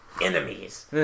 enemies